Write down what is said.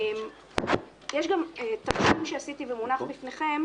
יש גם תרשים שעשיתי ומונח לפניכם,